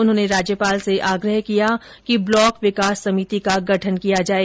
उन्होंने राज्यपाल से आग्रह किया कि ब्लॉक विकास समिति का गठन किया जाए